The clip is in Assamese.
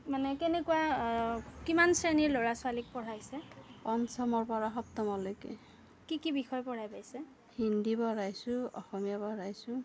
মানে কেনেকুৱা কিমান শ্ৰেণীৰ ল'ৰা ছোৱালীক পঢ়াইছে পঞ্চমৰপৰা সপ্তমলৈকে কি কি বিষয়ে পঢ়াই পাইছে হিন্দী পঢ়াইছোঁ অসমীয়া পঢ়াইছোঁ